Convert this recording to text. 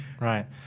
Right